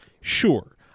Sure